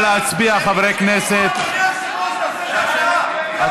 ההצעה להעביר את הצעת חוק-יסוד: הממשלה (תיקון,